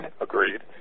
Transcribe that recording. agreed